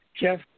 Jeff